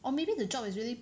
or maybe the job is really